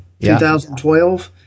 2012